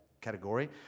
category